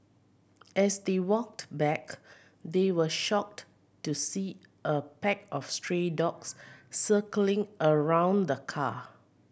as they walked back they were shocked to see a pack of stray dogs circling around the car